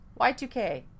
Y2K